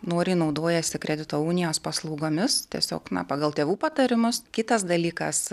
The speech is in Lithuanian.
noriai naudojasi kredito unijos paslaugomis tiesiog na pagal tėvų patarimus kitas dalykas